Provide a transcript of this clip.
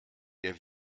der